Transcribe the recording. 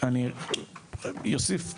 אני אוסיף לזה,